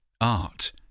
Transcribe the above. Art